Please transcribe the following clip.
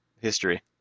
history